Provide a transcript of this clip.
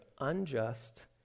unjust